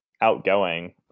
outgoing